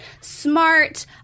smart